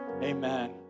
Amen